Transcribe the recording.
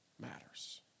matters